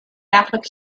catholic